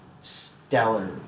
stellar